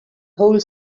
whole